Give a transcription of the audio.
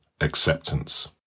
acceptance